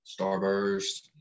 Starburst